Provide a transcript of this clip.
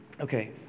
okay